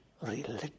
religion